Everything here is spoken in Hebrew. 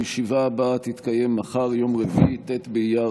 הישיבה הבאה, מחר, יום רביעי, ט' באייר